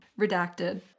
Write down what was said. Redacted